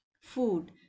food